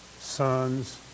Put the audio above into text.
sons